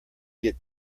get